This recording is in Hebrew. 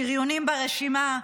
שריונים ברשימה,